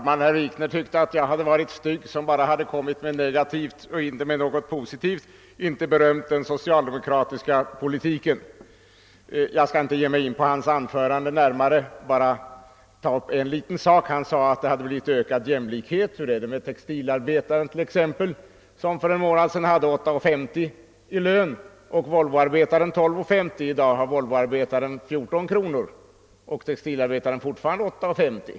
Herr talman! Jag skall inte närmare gå in på herr Wikners anförande utan bara ta upp en liten sak. Han sade att det hade blivit ökad jämlikhet men hur är det t.ex. med textilarbetaren, som för en månad sedan hade 8:50 i timlön, medan Volvoarbetaren hade 12:50? I dag har Volvoarbetaren 14 kr., medan textilarbetaren fortfarande har 8:50.